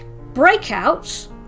Breakout